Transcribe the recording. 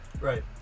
Right